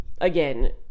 again